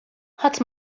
ħadd